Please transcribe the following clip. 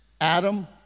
Adam